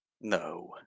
No